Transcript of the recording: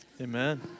Amen